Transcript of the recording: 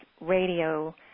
radio